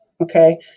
okay